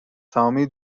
تمامی